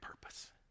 purpose